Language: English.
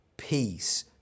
peace